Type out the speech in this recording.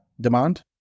demand